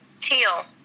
Teal